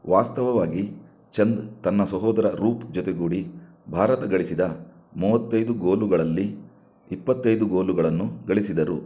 ವಾಸ್ತವವಾಗಿ ಚಂದ್ ತನ್ನ ಸಹೋದರ ರೂಪ್ ಜೊತೆಗೂಡಿ ಭಾರತ ಗಳಿಸಿದ ಮೂವತ್ತೈದು ಗೋಲುಗಳಲ್ಲಿ ಇಪ್ಪತ್ತೈದು ಗೋಲುಗಳನ್ನು ಗಳಿಸಿದರು